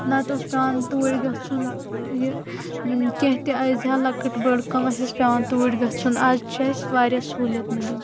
نتہٕ اوس پیوان توٗرۍ گژھُن یہِ کینٛہہ تہِ آسہِ ہا لکٕٹ بٔڑ کٲم اسہِ اوس پیوان توٗرۍ گژھُن آز چھُ اسہِ واریاہ سُہولیت مِلیمٕژ